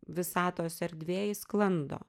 visatos erdvėj sklando